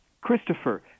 Christopher